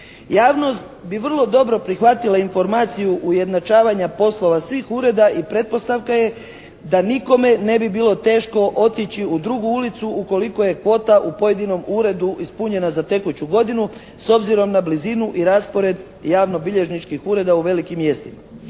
Javnost bi vrlo dobro prihvatila informaciju ujednačavanja poslova svih ureda i pretpostavka je da nikome ne bi bilo teško otići u drugu ulicu ukoliko je kvota u pojedinom uredu ispunjena za tekuću godinu s obzirom na blizinu i raspored javnobilježničkih ureda u velikim mjestima.